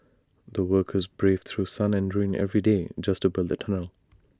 the workers braved through sun and rain every day just to build the tunnel